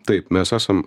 taip mes esam